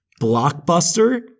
blockbuster